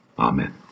Amen